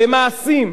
במעשים,